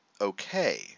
okay